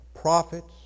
prophets